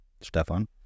Stefan